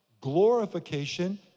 Glorification